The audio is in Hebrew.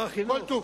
כל טוב.